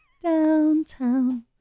Downtown